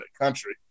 country